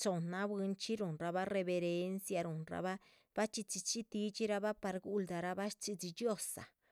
chohnna bwinchxí ruhun rabah reverencia ruhunrbah bachi chxí chxí tídxirahbah para guhuldarabah shchxídhxi dhxiózaa